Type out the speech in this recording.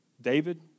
David